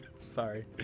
Sorry